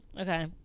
okay